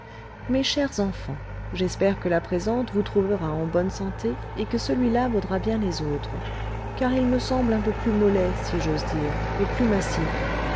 mes chers enfants j'espère que la présente vous trouvera en bonne santé et que celui-là vaudra bien les autres car il me semble un peu plus mollet si j'ose dire et plus massif